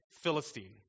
Philistine